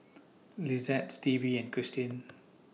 Lizette Stevie and Cristin